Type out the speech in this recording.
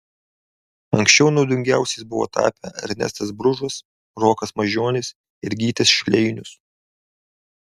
anksčiau naudingiausiais buvo tapę ernestas bružas rokas mažionis ir gytis šleinius